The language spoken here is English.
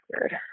weird